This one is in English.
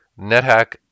NetHack